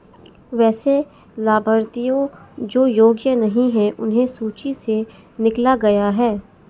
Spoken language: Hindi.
वैसे लाभार्थियों जो योग्य नहीं हैं उन्हें सूची से निकला गया है